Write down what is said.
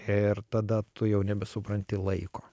ir tada tu jau nebesupranti laiko